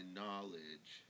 knowledge